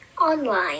Online